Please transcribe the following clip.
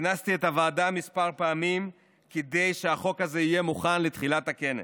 כינסתי את הוועדה כמה פעמים כדי שהחוק הזה יהיה מוכן לתחילת הכנס,